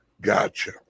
Gotcha